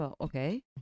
okay